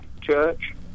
Church